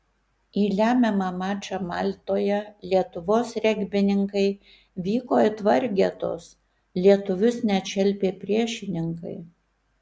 į lemiamą mačą maltoje lietuvos regbininkai vyko it vargetos lietuvius net šelpė priešininkai